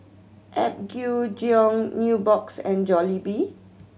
Apgujeong Nubox and Jollibee